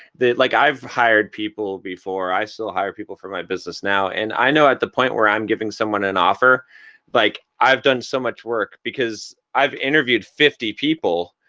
like i've hired people before. i still hire people for my business now and i know at the point where i'm giving someone an offer like i've done so much work because i've interviewed fifty people,